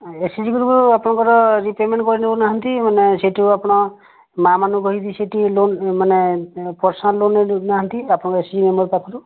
SHG group ଆପଣଙ୍କର repayment କରିଦେଉ ନାହାନ୍ତି ମାନେ ସେଇଠୁ ଆପଣ ମାଁ ମାନଙ୍କୁ କହିକି ସେଇଠି ଲୋନମାନେ ପର୍ଶନାଲ ଲୋନ ନେଉନାହାନ୍ତି ଆପଣ ଏସଏଚଜି ମେମ୍ବର ପାଖରୁ